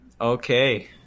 Okay